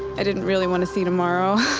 i didn't really want to see tomorrow.